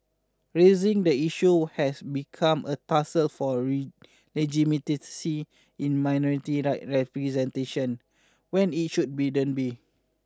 raising the issue has become a tussle for a legitimacy in minority rights representation when it should be don't be